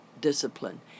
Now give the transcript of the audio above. discipline